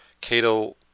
Cato